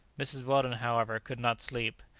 mrs. weldon, however, could not sleep.